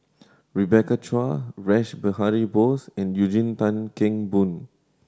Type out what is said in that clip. Rebecca Chua Rash Behari Bose and Eugene Tan Kheng Boon